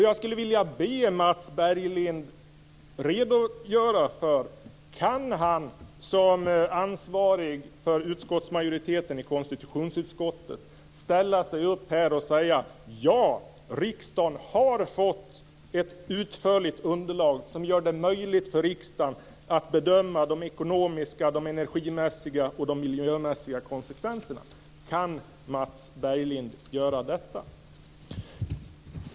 Jag skulle vilja be Mats Berglind redogöra för om han som ansvarig för utskottsmajoriteten i konstitutionsutskottet kan ställa sig upp här i kammaren och säga att ja, riksdagen har fått ett utförligt underlig som gör det möjligt för riksdagen att bedöma de ekonomiska, de energimässiga och de miljömässiga konsekvenserna. Kan Mats Berglind göra detta?